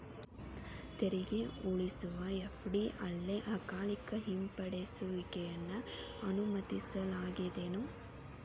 ತೆರಿಗೆ ಉಳಿಸುವ ಎಫ.ಡಿ ಅಲ್ಲೆ ಅಕಾಲಿಕ ಹಿಂಪಡೆಯುವಿಕೆಯನ್ನ ಅನುಮತಿಸಲಾಗೇದೆನು?